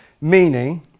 meaning